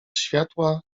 światła